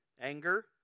anger